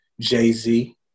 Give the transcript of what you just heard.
Jay-Z